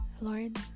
Lord